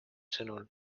sõnul